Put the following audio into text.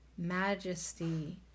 majesty